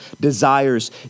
desires